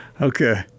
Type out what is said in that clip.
okay